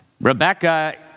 Rebecca